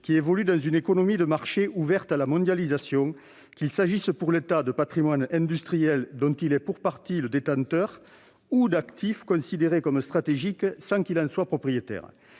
évoluant dans une économie de marché ouverte à la mondialisation, qu'il s'agisse pour l'État d'un patrimoine industriel dont il est pour partie détenteur, ou d'actifs considérés comme stratégiques sans qu'il en soit propriétaire.